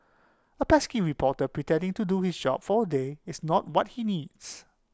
A pesky reporter pretending to do his job for A day is not what he needs